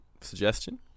Suggestion